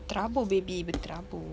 berterabur baby berterabur